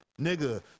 Nigga